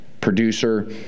producer